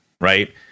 right